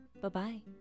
Bye-bye